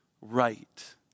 right